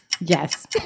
Yes